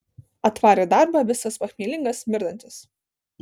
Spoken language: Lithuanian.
atvarė į darbą visas pachmielingas smirdantis